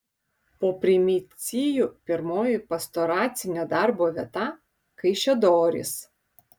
po primicijų pirmoji pastoracinio darbo vieta kaišiadorys